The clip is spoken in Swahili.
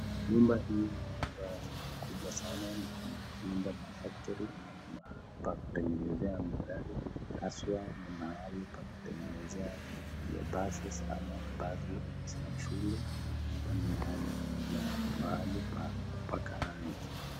Nyumba hii ni nyumba kubwa sana. Na ni nyumba ya factory pa kutengenezea magari haswa ni mahali pa kutengenezea [ lcs] buses ama basi za shule na hapa ni mahali pa kupaka rangi.